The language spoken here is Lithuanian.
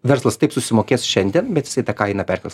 verslas taip susimokės šiandien bet jisai tą kainą perkels